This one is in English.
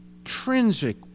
intrinsic